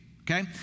okay